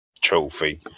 trophy